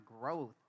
growth